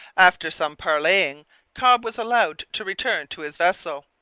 after some parleying cobb was allowed to return to his vessel,